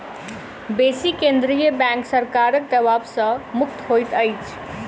बेसी केंद्रीय बैंक सरकारक दबाव सॅ मुक्त होइत अछि